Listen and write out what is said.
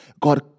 God